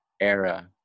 era